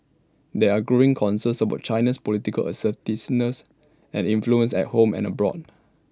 there are growing concerns about China's political assertiveness and influence at home and abroad